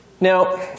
Now